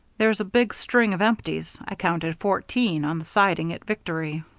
there's a big string of empties i counted fourteen on the siding at victory.